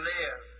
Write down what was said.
live